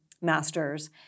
master's